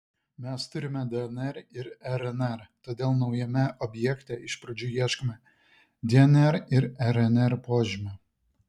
mes turime dnr ir rnr todėl naujame objekte iš pradžių ieškome dnr ir rnr požymių